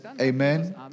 Amen